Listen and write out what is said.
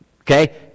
Okay